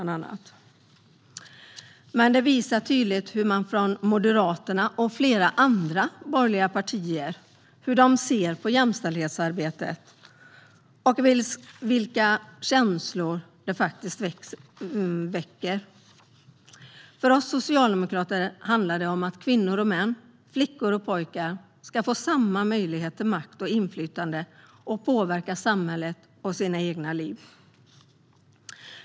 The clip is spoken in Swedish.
Det visar tydligt hur man från Moderaterna och flera andra borgerliga partier ser på jämställdhetsarbetet och hur känslor påverkas. För oss socialdemokrater handlar det om att kvinnor och män, flickor och pojkar ska få samma möjlighet till makt och inflytande att påverka samhället och sina egna liv.